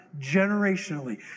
generationally